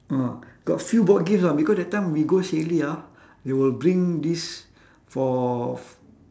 ah got few board games ah because that time we go ah they will bring these for